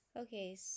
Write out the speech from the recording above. okay